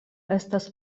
estas